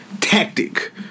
tactic